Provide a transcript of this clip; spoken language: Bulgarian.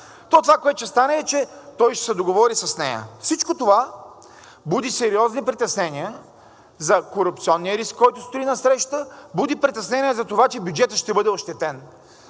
то това, което ще стане, е, че той ще се договори с нея. Всичко това буди сериозни притеснения за корупционния риск, който стои насреща, буди притеснения за това, че бюджетът ще бъде ощетен.